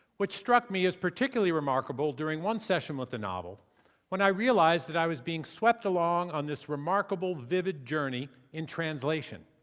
which struck me as particularly remarkable during one session with the novel when i realized that i was being swept along on this remarkable, vivid journey in translation.